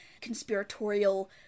conspiratorial